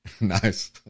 nice